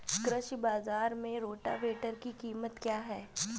कृषि बाजार में रोटावेटर की कीमत क्या है?